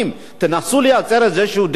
תנסו לייצר איזו דרך נכונה,